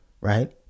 right